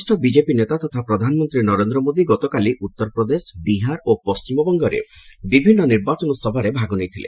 ବରିଷ୍ଠ ବିଜେପି ନେତା ତଥା ପ୍ରଧାନମନ୍ତ୍ରୀ ନରେନ୍ଦ୍ର ମୋଦି ଗତକାଲି ଉତ୍ତରପ୍ରଦେଶ ବିହାର ଓ ପଶ୍ଚିମବଙ୍ଗରେ ବିଭିନ୍ନ ନିର୍ବାଚନ ସଭାରେ ଭାଗ ନେଇଥିଲେ